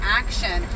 action